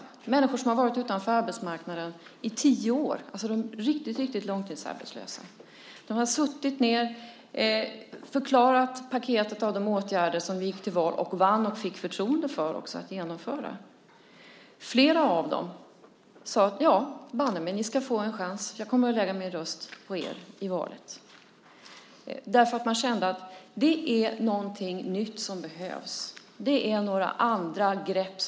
Det är människor som har varit utanför arbetsmarknaden i tio år - de riktigt långtidsarbetslösa. De har suttit ned, och vi har förklarat för dem paketet av åtgärder som vi har gått till val på. Sedan vann vi och fick förtroende för att genomföra detta. Flera av dem sade: "Ja, banne mig. Ni ska få en chans. Jag kommer att lägga min röst på er i valet." De kände att det behövs något nytt. Det behövs andra grepp.